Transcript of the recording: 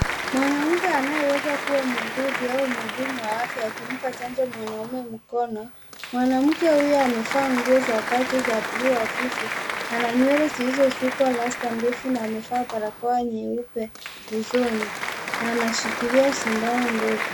Mwanamke anayeweza kuwa muuguzi au mhudumu wa afya akimpa chanjo mwanaume mkono. Mwanamke huyo amevaa nguo za kazi za bluu hafifu na ana nywele zilizosukwa rasta ndefu na amevaa barakoa nyeupe usoni na anashikilia sindano ndogo.